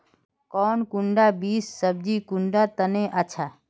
कौन कुंडा बीस सब्जिर कुंडा तने अच्छा?